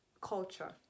culture